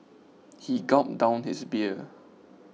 he gulped down his beer